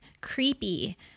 creepy